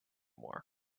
war